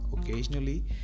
Occasionally